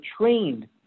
trained